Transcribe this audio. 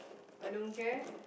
I don't care